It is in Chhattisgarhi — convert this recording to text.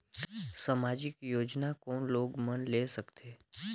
समाजिक योजना कोन लोग मन ले सकथे?